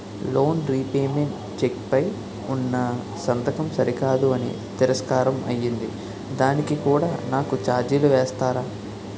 Loan repayment cheque పై ఉన్నా సంతకం సరికాదు అని తిరస్కారం అయ్యింది దానికి కూడా నాకు ఛార్జీలు వేస్తారా?